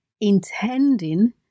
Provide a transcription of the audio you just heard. intending